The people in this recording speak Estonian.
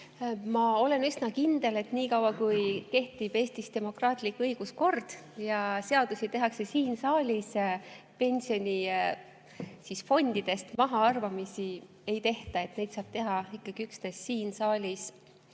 Ma olen üsna kindel, et niikaua kui Eestis kehtib demokraatlik õiguskord ja seadusi tehakse siin saalis, pensionifondidest mahaarvamisi ei tehta. Neid saab teha ikkagi üksnes siin saalis